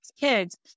Kids